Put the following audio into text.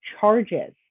charges